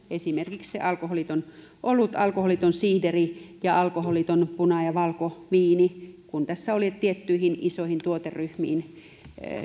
esimerkiksi se alkoholiton olut alkoholiton siideri ja alkoholiton puna ja valkoviini kun tässä oli että tiettyihin isoihin tuoteryhmiin